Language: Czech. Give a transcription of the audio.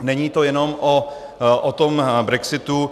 Není to jenom o tom brexitu.